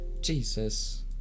Jesus